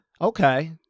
Okay